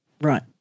Right